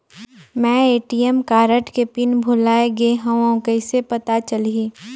मैं ATM card के pin भुलाए गे हववं कइसे पता चलही?